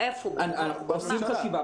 ִעושים חשיבה,